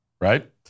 right